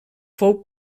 fou